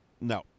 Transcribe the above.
No